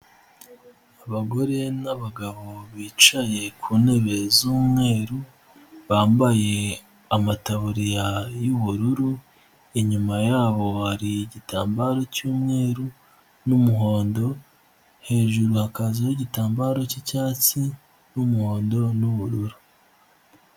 Abagore n'abagabo bicaye ku ntebe z'umweru, bambaye amataburiya y'ubururu, inyuma yabo hari igitambaro cy'umweru, n'umuhondo, hejuru hakazaho igitambaro cyicyatsi, n'umuhondo, n'ubururu.